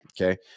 Okay